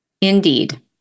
Indeed